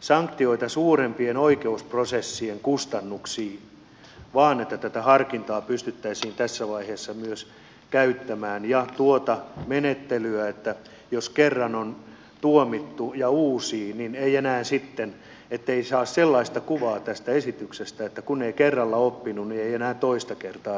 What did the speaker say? sanktioita suurempiin oikeusprosessien kustannuksiin vaan että tätä harkintaa pystyttäisiin tässä vaiheessa myös käyttämään ja tuota menettelyä eikä niin että jos kerran on tuomittu ja uusii niin ei enää sitten rangaista ettei saa sellaista kuvaa tästä esityksestä että kun ei kerralla oppinut niin ei enää toista kertaa rangaista